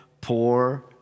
poor